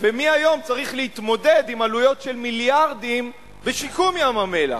צריך להתמודד עם עלויות של מיליארדים בשיקום ים-המלח?